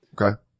Okay